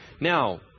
Now